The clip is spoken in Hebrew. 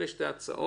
אלו שתי ההצעות,